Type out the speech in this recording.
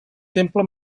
temple